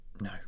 no